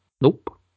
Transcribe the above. Nope